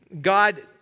God